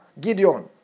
Gideon